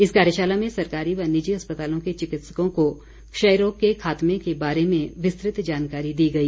इस कार्यशाला में सरकारी व निजी अस्पतालों के चिकित्सकों को क्षयरोग के खातमे के बारे में विस्तृत जानकारी दी गई